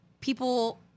people